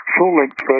full-length